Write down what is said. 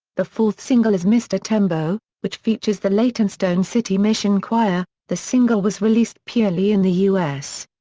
the fourth single is mr tembo, which features the leytonstone city mission choir, the single was released purely in the us.